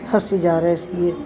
ਹੱਸੀ ਜਾ ਰਹੇ ਸੀਗੇ